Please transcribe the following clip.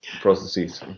processes